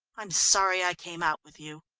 i'm sorry i came out with you.